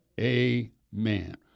Amen